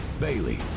Bailey